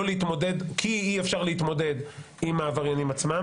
להתמודד כי אי אפשר להתמודד עם העבריינים עצמם